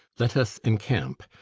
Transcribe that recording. let us encamp,